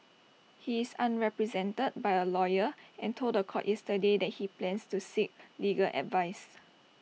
he is unrepresented by A lawyer and told The Court yesterday that he plans to seek legal advice